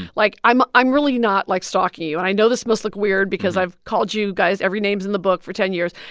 like i'm i'm really not, like, stalking you. and i know this must look weird because i've called you guys every names in the book for ten years.